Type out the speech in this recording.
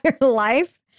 life